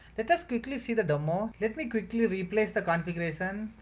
let us quickly see the demo. let me quickly replace the configuration.